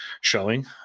showing